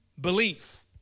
Belief